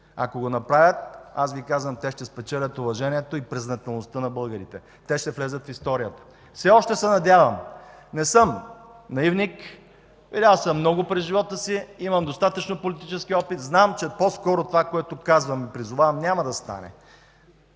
Ако го направят, аз Ви казвам, те ще спечелят уважението и признателността на българите. Те ще влязат в историята. Все още се надявам, не съм наивник, видял съм много през живота си, имам достатъчно политически опит, знам, че по-скоро това, което казвам и призовавам, няма да стане.